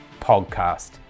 Podcast